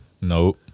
Nope